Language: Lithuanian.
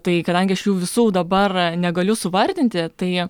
tai kadangi aš jų visų dabar negaliu suvardinti tai